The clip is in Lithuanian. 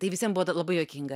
tai visiem buvo ta labai juokinga